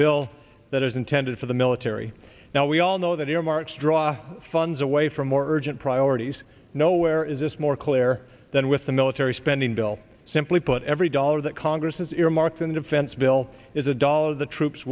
bill that is intended for the military now we all know that earmarks draw funds away from more urgent priorities nowhere is this more clear than with the military spending bill simply put every dollar that congress has earmarked in the defense bill is a dollar the troops